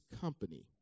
company